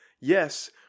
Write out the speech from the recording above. yes